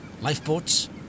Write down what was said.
Lifeboats